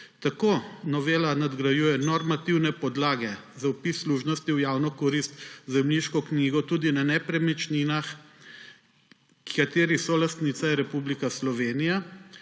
Tako novela nadgrajuje normativne podlage za vpis služnosti v javno korist v zemljiško knjigo tudi na nepremičninah, katerih solastnica je Republika Slovenija,